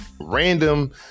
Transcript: Random